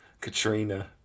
Katrina